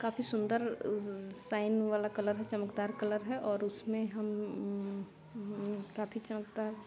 काफी सुन्दर साइन वाला कलर चमकदार कलर है और उसमें हम क्या कहते हैं